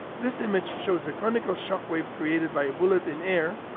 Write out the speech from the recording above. this image shows the conical shock wave created by a bullet in air,